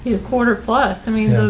a quarter plus? i mean,